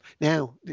Now